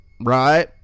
right